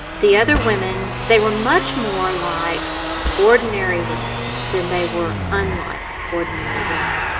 the other women, they were much more like ordinary women than they were unlike ordinary women.